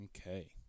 Okay